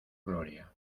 gloria